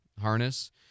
harness